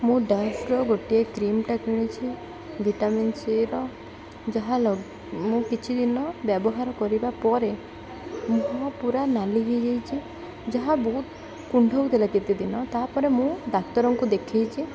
ମୁଁ ଡଭ୍ର ଗୋଟିଏ କ୍ରିମ୍ଟା କିଣିଛି ଭିଟାମିନ୍ ସି'ର ଯାହା ମୁଁ କିଛି ଦିନ ବ୍ୟବହାର କରିବା ପରେ ମୁହଁ ପୁରା ନାଲି ହେଇଯାଇଛି ଯାହା ବହୁତ କୁଣ୍ଡଉଥିଲା କେତେଦିନ ତା'ପରେ ମୁଁ ଡ଼ାକ୍ତରଙ୍କୁ ଦେଖେଇଛି